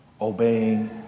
Obeying